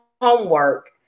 homework